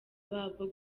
babo